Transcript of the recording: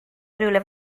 rywle